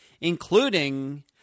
including